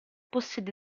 possiede